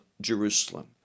Jerusalem